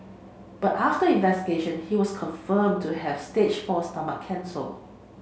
but after investigation he was confirmed to have stage four stomach cancer